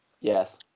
yes